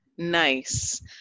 Nice